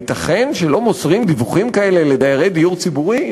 הייתכן שלא מוסרים דיווחים כאלה לדיירי דיור ציבורי?